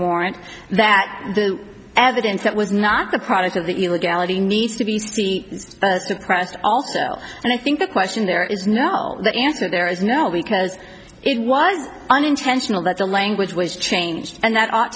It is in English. warrant that the evidence that was not the product of the illegality needs to be suppressed also and i think the question there is now the answer there is no because it was unintentional that the language was changed and that ought